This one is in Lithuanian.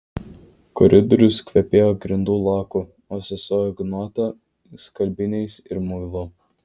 koridorius kvepėjo grindų laku o sesuo ignota skalbiniais ir muilu